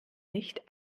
nicht